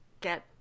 get